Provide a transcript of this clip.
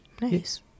Nice